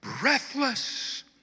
breathless